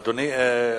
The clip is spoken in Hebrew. אדוני,